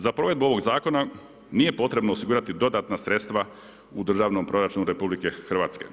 Za provedbu ovog zakona nije potrebno osigurati dodatna sredstva u državnom proračunu RH.